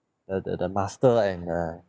the the the master and uh